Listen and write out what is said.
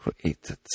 created